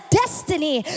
destiny